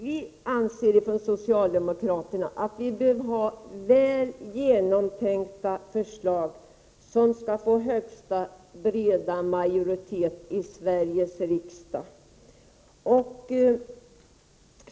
Vi socialdemokrater anser att vi behöver väl genomtänkta förslag med största möjliga majoritet i Sveriges riksdag.